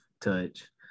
touch